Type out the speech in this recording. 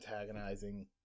antagonizing